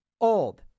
old